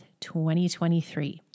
2023